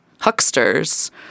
hucksters